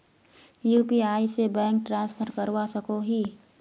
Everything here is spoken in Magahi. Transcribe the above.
यु.पी.आई से बैंक ट्रांसफर करवा सकोहो ही?